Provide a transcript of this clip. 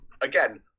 again